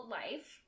life